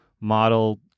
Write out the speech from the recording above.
model